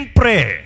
pray